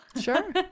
Sure